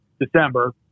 December